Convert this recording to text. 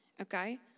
Okay